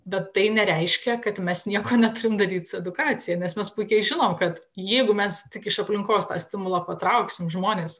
bet tai nereiškia kad mes nieko neturim daryt su edukacija nes mes puikiai žinom kad jeigu mes tik iš aplinkos tą stimulą patrauksim žmonės